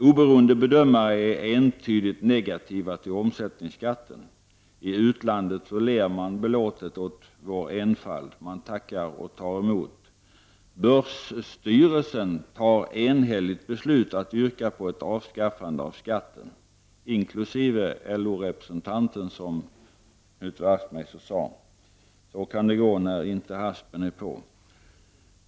Oberoende bedömare är entydigt negativa till omsättningsskatten. I utlandet ler man belåtet åt vår enfald. Man tackar och tar emot. Börsstyrelsen yrkar enhälligt på ett avskaffande av skatten, inkl. LO-representanten, som Knut Wachtmeister sade. Så kan det gå när inte haspen är på.